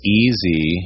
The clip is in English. easy